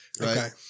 right